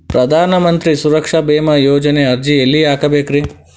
ಪ್ರಧಾನ ಮಂತ್ರಿ ಸುರಕ್ಷಾ ಭೇಮಾ ಯೋಜನೆ ಅರ್ಜಿ ಎಲ್ಲಿ ಹಾಕಬೇಕ್ರಿ?